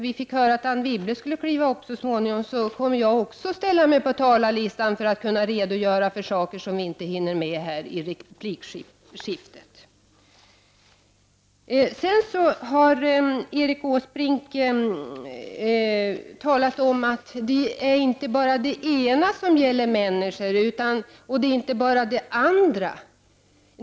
Det är kort tid för de här replikerna, så i så fall kommer också jag att sätta upp mig på talarlistan på nytt för att kunna redogöra för saker som jag inte hinner med i replikskiftena. Erik Åsbrink sade när det gällde kostnadshöjningarna att det inte var bara det ena eller det andra som gällde människor. Nej, det är ju både — och!